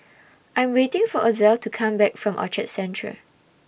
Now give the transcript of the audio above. I Am waiting For Ozell to Come Back from Orchard Central